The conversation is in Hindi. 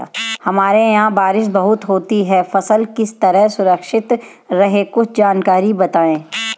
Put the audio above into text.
हमारे यहाँ बारिश बहुत होती है फसल किस तरह सुरक्षित रहे कुछ जानकारी बताएं?